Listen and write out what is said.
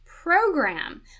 program